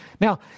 Now